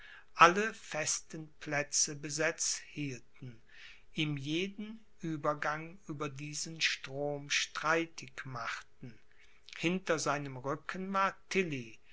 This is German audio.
alle festen plätze besetzt hielten ihm jeden uebergang über diesen strom streitig machten hinter seinem rücken war